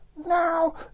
now